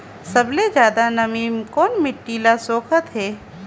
सबले ज्यादा नमी कोन मिट्टी ल सोखत हे?